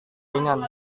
ringan